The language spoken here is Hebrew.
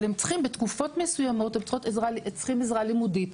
אבל הם צריכים בתקופות מסוימות הם צריכים עזרה לימודית.